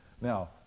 Now